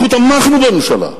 אנחנו תמכנו בממשלה.